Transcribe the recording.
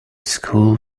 school